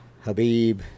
Habib